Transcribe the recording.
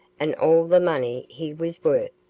and all the money he was worth.